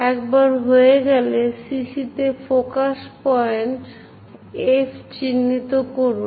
একবার হয়ে গেলে CC' তে ফোকাস পয়েন্ট F চিহ্নিত করুন